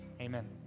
Amen